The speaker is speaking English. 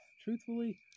truthfully